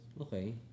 okay